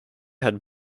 had